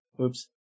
Oops